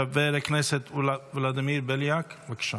חבר הכנסת ולדימיר בליאק, בבקשה.